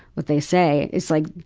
what they say, is like,